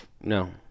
No